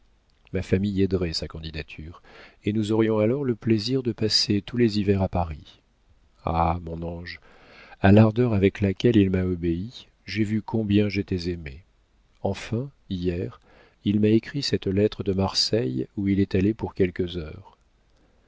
ma famille aiderait sa candidature et nous aurions alors le plaisir de passer tous les hivers à paris ah mon ange à l'ardeur avec laquelle il m'a obéi j'ai vu combien j'étais aimée enfin hier il m'a écrit cette lettre de marseille où il est allé pour quelques heures